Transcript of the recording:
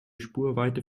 spurweite